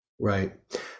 Right